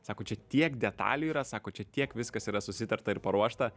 sako čia tiek detalių yra sako čia tiek viskas yra susitarta ir paruošta